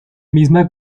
misma